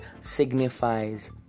signifies